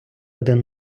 один